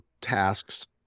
tasks